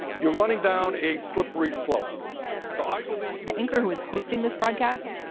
you're running down a slippery slope so i believe the anchor who is hosting this broadcast,